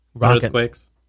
Earthquakes